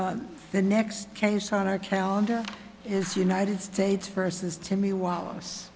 the next case on our calendar is united states versus timmy wallace